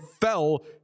fell